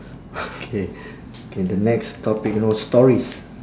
okay K the next topic you know stories